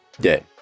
day